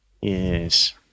Yes